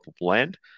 land